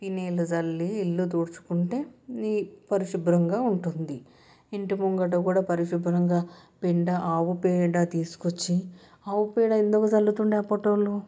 phenyl చల్లి ఇల్లు తుడుచుకుంటే పరిశుభ్రంగా ఉంటుంది ఇంటి ముంగట కూడా పరిశుభ్రంగా పెంట ఆవు పేడ తీసుకొచ్చి ఆవు పేడ ఎందుకు చల్లుతుండే అప్పటి వాళ్ళు